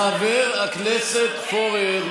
חבר הכנסת פורר.